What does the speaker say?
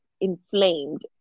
inflamed